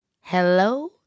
Hello